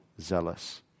zealous